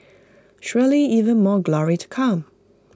surely even more glory to come